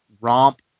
romp